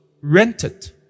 rented